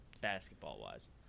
basketball-wise